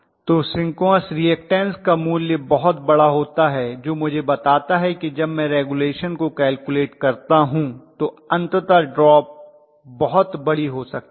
तो synchronous reactance का मूल्य बहुत बड़ा होता है जो मुझे बताता है कि जब मैं रेगुलेशन को कैलकुलेट करता हूं तो अंततः ड्रॉप बहुत बड़ी हो सकती है